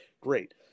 great